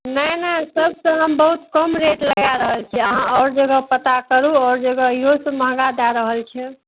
नहि नहि सबसे हम बहुत कम रेट लगै रहल छी अहाँ आओर जगह पता करू आओर जगह इहोसे महगा दै रहल छै